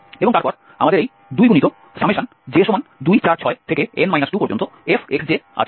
এবং তারপর আমাদের এই 2j246n 2fxj আছে